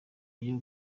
ryo